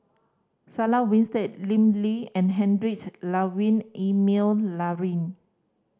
Sarah Winstedt Lim Lee and Heinrich Ludwig Emil Luering